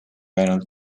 ainult